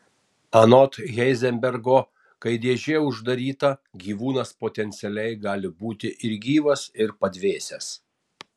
anot heizenbergo kai dėžė uždaryta gyvūnas potencialiai gali būti ir gyvas ir padvėsęs